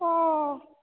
ओ